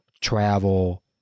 Travel